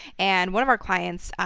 and one of our clients,